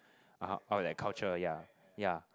(uh huh) orh that culture ya ya